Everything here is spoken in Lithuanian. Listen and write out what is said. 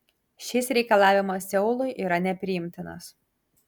šis reikalavimas seului yra nepriimtinas